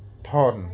thorne